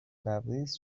لبریز